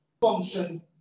function